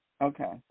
Okay